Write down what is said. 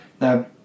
Now